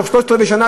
תוך שלושת-רבעי שנה,